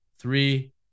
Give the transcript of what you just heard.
Three